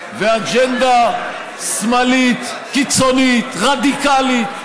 ואג'נדה שמאלית, קיצונית, רדיקלית,